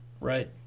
right